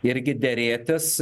irgi derėtis